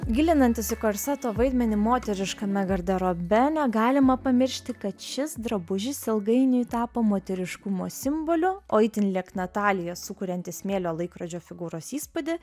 gilinantis į korseto vaidmenį moteriškame garderobe negalima pamiršti kad šis drabužis ilgainiui tapo moteriškumo simboliu o itin liekna talija sukurianti smėlio laikrodžio figūros įspūdį